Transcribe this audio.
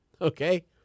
Okay